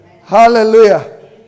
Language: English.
Hallelujah